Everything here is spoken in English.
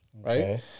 Right